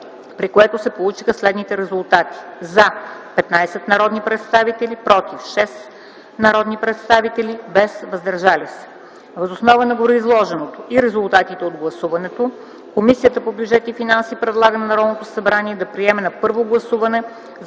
при което се получиха следните резултати: „за” 15 народни представители, „против” 6, без „въздържали се”. Въз основа на гореизложеното и резултатите от гласуването, Комисията по бюджет и финанси предлага на Народното събрание да приеме на първо гласуване